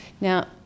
Now